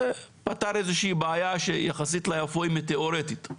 זה פתר איזה שהיא בעיה שיחסית ליפו היא תיאורטית.